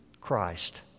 Christ